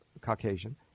Caucasian